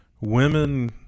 Women